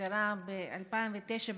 שנפטרה ב-2009,